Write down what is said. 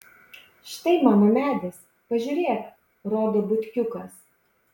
štai mano medis pažiūrėk rodo butkiukas